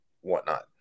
whatnot